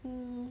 mm